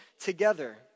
together